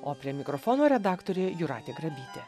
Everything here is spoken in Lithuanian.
o prie mikrofono redaktorė jūratė grabytė